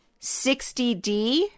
60D